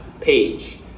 page